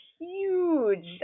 huge